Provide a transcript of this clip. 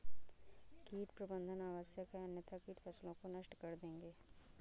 कीट प्रबंधन आवश्यक है अन्यथा कीट फसलों को नष्ट कर देंगे